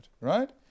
right